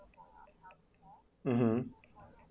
mmhmm